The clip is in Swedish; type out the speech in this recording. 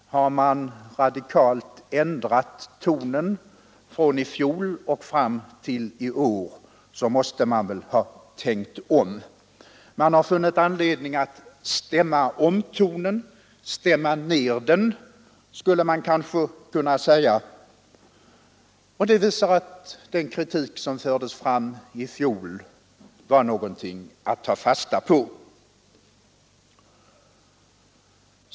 Har man radikalt ändrat tonen från i fjol och fram till i år måste man väl ha tänkt om. Man har funnit anledning att stämma om tonen — stämma ned den skulle man kanske kunna säga — och det visar att den kritik som fördes fram i fjol var någonting att ta fasta på.